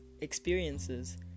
experiences